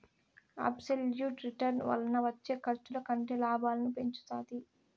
absolute return వలన వచ్చే ఖర్చుల కంటే లాభాలను పెంచుతాది